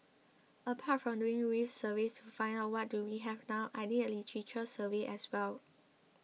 apart from doing reef surveys to find out what do we have now I did a literature survey as well